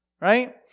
right